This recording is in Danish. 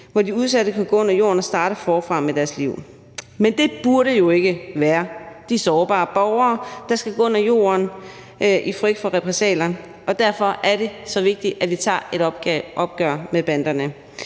De udsatte kan gå under jorden og starte forfra med deres liv. Men det burde jo ikke være de sårbare borgere, der skal gå under jorden af frygt for repressalier, og derfor er det så vigtigt, at vi tager et opgør med banderne.